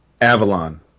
Avalon